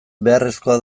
beharrezkoa